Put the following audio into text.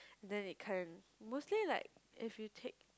then it can mostly like if you take